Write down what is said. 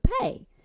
pay